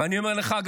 ואני אומר גם לך,